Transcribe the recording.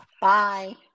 Bye